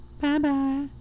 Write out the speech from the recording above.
Bye-bye